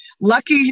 lucky